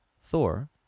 Thor